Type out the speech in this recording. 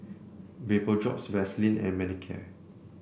Vapodrops Vaselin and Manicare